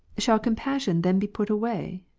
shall compassion then be put away?